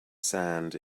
sand